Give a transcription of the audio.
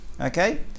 Okay